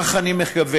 כך אני מקווה,